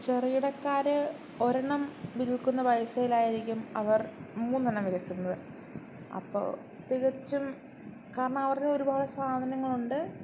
ചെറികിടക്കാർ ഒരെണ്ണം വിൽക്കുന്ന പൈസയിൽ ആയിരിക്കും അവർ മൂന്നെണ്ണം വിൽക്കുന്നത് അപ്പോൾ തികച്ചും കാരണം അവരുടേൽ ഒരുപാട് സാധനങ്ങൾ ഉണ്ട്